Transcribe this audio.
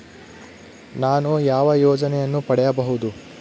ನಾನು ಯಾವ ಯೋಜನೆಯನ್ನು ಪಡೆಯಬಹುದು?